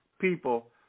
people